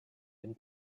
dem